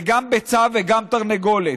זה גם ביצה וגם תרנגולת: